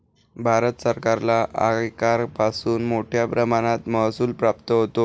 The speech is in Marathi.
भारत सरकारला आयकरापासून मोठया प्रमाणात महसूल प्राप्त होतो